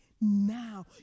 now